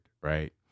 right